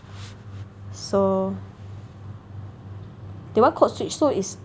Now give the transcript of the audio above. so they want code switch so it's